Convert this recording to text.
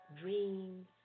Dreams